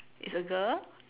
it's a girl